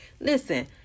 Listen